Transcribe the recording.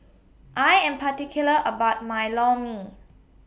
I Am particular about My Lor Mee